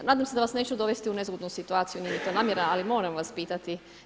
Nadam se da vas neću dovesti u nezgodnu situaciju, nije mi to namjera, ali moram vas pitati.